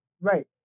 Right